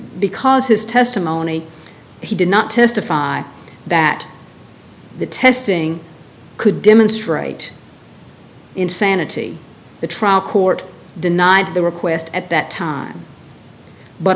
because his testimony he did not testify that the testing could demonstrate insanity the trial court denied the request at that time but